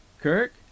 Kirk